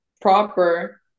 proper